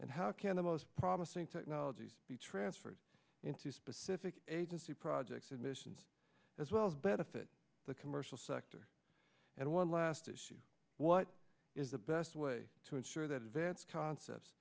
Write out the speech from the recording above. and how can the most promising technologies be transferred into specific agency projects and missions as well as benefit the commercial sector and one last issue what is the best way to ensure that advanced concepts